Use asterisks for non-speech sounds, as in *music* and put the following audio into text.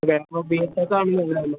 *unintelligible* B tech ആണെങ്കിൽ നല്ലതാണല്ലേ